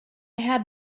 had